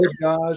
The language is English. guys